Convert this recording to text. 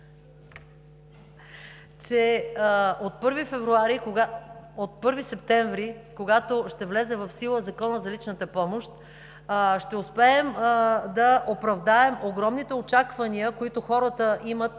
че от 1 септември, когато ще влезе в сила Законът за личната помощ, ще успеем да оправдаем огромните очаквания, които хората имат